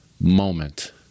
moment